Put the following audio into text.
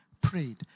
prayed